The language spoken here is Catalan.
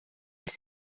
els